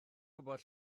gwybod